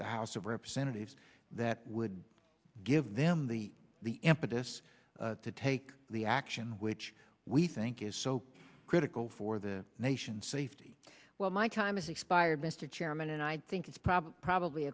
the house of representatives that would give them the the impetus to take the action which we think is so critical for the nation's safety well my time is expired mr chairman and i think it's probably probably